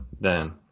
Dan